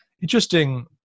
interesting